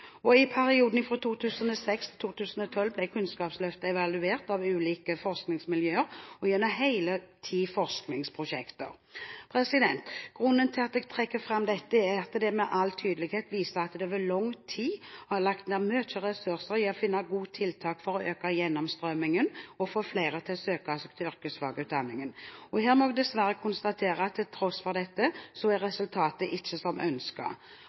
I perioden fra 2006 til 2012 ble Kunnskapsløftet evaluert av ulike forskningsmiljøer og gjennom hele ti forskningsprosjekter. Grunnen til at jeg trekker fram dette, er at det med all tydelighet viser at det over lang tid er lagt ned mye ressurser i å finne gode tiltak for å øke gjennomstrømmingen og få flere til å søke seg til yrkesfagutdanningen. Her må jeg dessverre konstatere at til tross for dette er resultatet ikke som